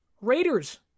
Raiders